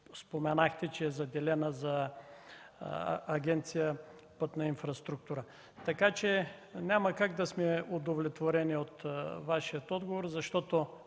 споменахте, че е заделена за Агенция „Пътна инфраструктура”. Така че няма как да сме удовлетворени от Вашия отговор, защото